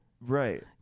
Right